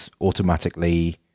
automatically